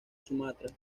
sumatra